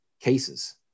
cases